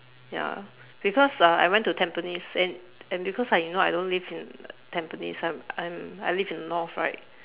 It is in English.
ya because uh I went to tampines and and because ah you know I don't live in tampines I I I live in the north right